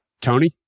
Tony